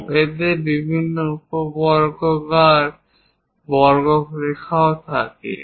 এবং এতে বিভিন্ন উপবৃত্তাকার বক্ররেখাও থাকে